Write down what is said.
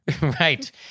Right